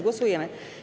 Głosujemy.